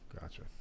gotcha